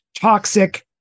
toxic